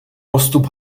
postup